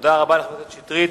תודה רבה לחבר הכנסת שטרית.